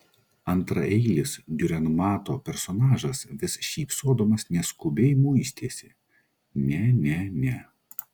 antraeilis diurenmato personažas vis šypsodamas neskubiai muistėsi ne ne ne